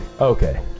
okay